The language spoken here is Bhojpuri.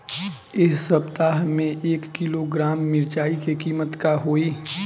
एह सप्ताह मे एक किलोग्राम मिरचाई के किमत का होई?